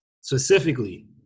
specifically